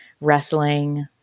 wrestling